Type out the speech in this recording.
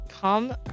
come